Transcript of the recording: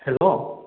hello